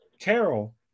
Carol